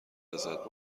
لذت